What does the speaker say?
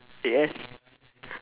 yes